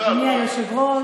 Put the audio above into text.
אדוני היושב-ראש,